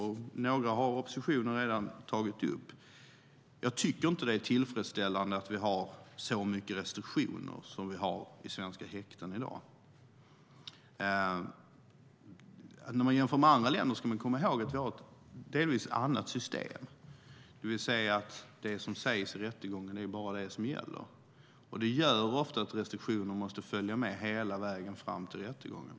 Några har oppositionen redan tagit upp. Jag tycker inte att det är tillfredsställande att vi har så mycket restriktioner i svenska häkten i dag. När man jämför med andra länder ska man komma ihåg att vi har ett delvis annat system. Det är bara det som sägs i rättegången som gäller. Det innebär att restriktioner måste följa med hela vägen fram till rättegången.